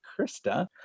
Krista